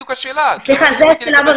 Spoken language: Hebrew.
בדיקות סקר שתהיינה חיוביות גבוה יותר.